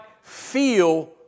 feel